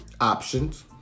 Options